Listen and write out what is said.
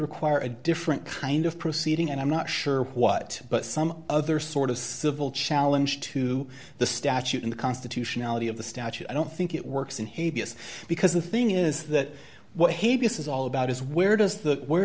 require a different kind of proceeding and i'm not sure what but some other sort of civil challenge to the statute in the constitutionality of the statute i don't think it works in haiti is because the thing is that what hevia says all about is where does that where